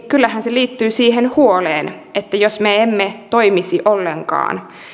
kyllähän se liittyy siihen huoleen että jos me emme toimisi ollenkaan